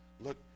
look